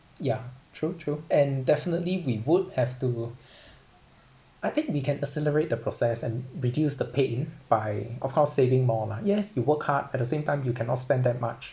ya true true and definitely we would have to I think we can accelerate the process and reduce the pain by of course saving more lah yes you work hard at the same time you cannot spend that much